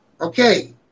okay